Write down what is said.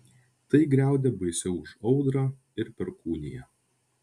tai griaudė baisiau už audrą ir perkūniją